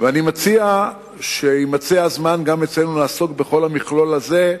ואני מציע שיימצא הזמן גם אצלנו לעסוק בכל המכלול הזה,